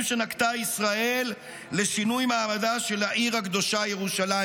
שנקטה ישראל לשינוי מעמדה של העיר הקדושה ירושלים,